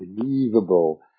unbelievable